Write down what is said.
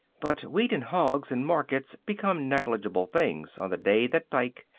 but wheat and hogs and markets became negligible things on the day that dike,